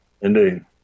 Indeed